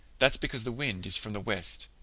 that's because the wind is from the west.